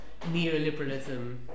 neoliberalism